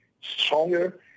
stronger